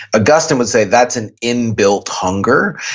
augustine would say that's an inbuilt hunger.